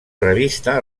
revista